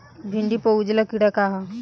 भिंडी पर उजला कीड़ा का है?